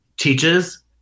teaches